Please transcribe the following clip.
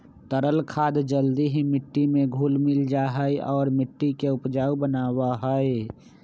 तरल खाद जल्दी ही मिट्टी में घुल मिल जाहई और मिट्टी के उपजाऊ बनावा हई